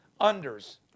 unders